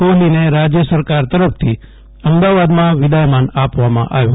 કોફલીને રાજ્ય સરકાર તરફથી અમદાવાદમાં વિદાયમાન આપવામાં આવ્યું